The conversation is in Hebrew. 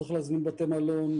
צריך להזמין בתי מלון,